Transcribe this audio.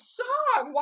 song